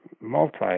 multi